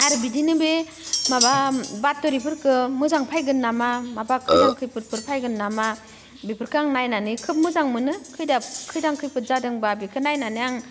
आरो बिदिनो बे माबा बात'रिफोरखो मोजां फैगोन नामा माबा खैदां खैफोदफोर फैगोन नामा बेफोरखो आं नायनानै खोब मोजां मोनो खैदां खैफोद जादोंब्ला बेखो नायनानै आं